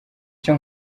icyo